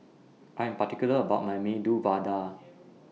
I Am particular about My Medu Vada